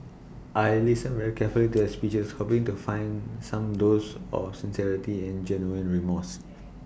I listened very carefully to their speeches hoping to find some dose of sincerity and genuine remorse